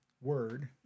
word